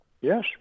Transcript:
Yes